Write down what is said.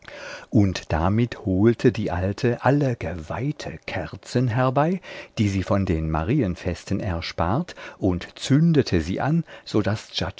und damit holte die alte alle geweihte kerzen herbei die sie von den marienfesten erspart und zündete sie an so daß